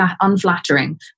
unflattering